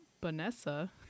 Vanessa